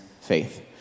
faith